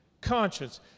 Conscience